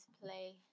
play